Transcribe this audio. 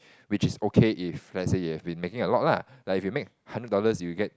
which is okay if let's say you've been making a lot lah like if you make hundred dollars you'll get